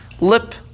lip